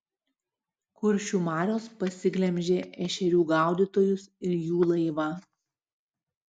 kuršių marios pasiglemžė ešerių gaudytojus ir jų laivą